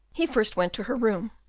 he first went to her room,